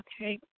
Okay